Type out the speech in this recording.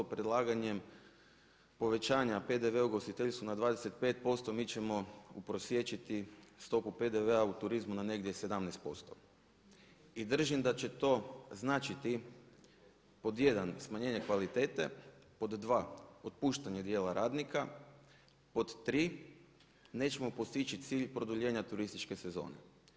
Predlaganjem povećanja PDV-a u ugostiteljstvu na 25% mi ćemo uprosiječiti stopu PDV-a u turizmu na negdje 17% i držim da će to značiti, pod jedan smanjenje kvalitete, pod dva otpuštanje dijela radnika, pod tri nećemo postići cilj produljenja turističke sezone.